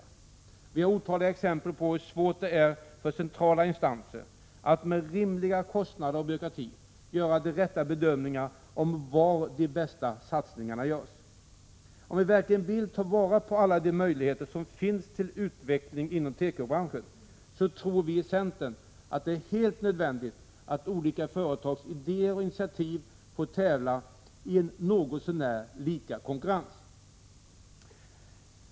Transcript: Vi har otaliga 30 april 1987 exempel på hur svårt det är för centrala instanser att med rimliga kostnader och byråkrati göra de rätta bedömningarna av var de bästa satsningarna görs. Om vi verkligen vill ta vara på alla de möjligheter som finns till utveckling inom tekobranschen är det, tror vi i centern, helt nödvändigt att de olika företagens idéer och inititativ får tävla i en konkurrens på något så när lika villkor.